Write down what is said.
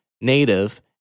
Native